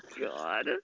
god